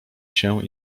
się